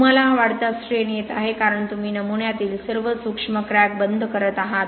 तुम्हाला हा वाढता स्ट्रैन येत आहे कारण तुम्ही नमुन्यातील सर्व सूक्ष्म क्रॅक बंद करत आहात